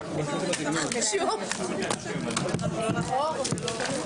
הישיבה נעולה.